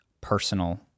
personal